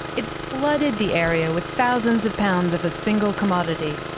it flooded the area with thousands of pounds of a single commodity.